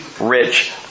rich